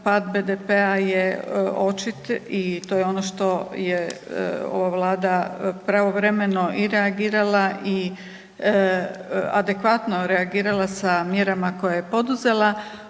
pad BDP-a je očit i to je ono što je ova Vlada pravovremeno i reagirala i adekvatno reagirala sa mjerama koje je poduzela.